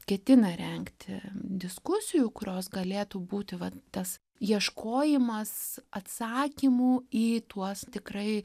ketina rengti diskusijų kurios galėtų būti vat tas ieškojimas atsakymų į tuos tikrai